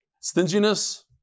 stinginess